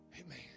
Amen